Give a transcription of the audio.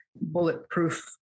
bulletproof